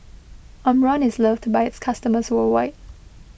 Omron is loved by its customers worldwide